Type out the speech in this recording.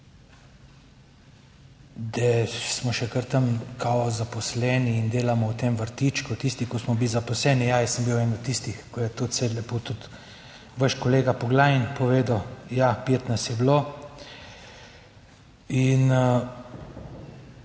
da smo še kar tam kao zaposleni in delamo v tem vrtičku tisti, ki smo bili zaposleni. Ja, jaz sem bil eden od tistih, ki je tudi, saj je lepo tudi vaš kolega Poglajen povedal, ja, pet nas je bilo.